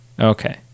Okay